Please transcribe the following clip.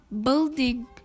building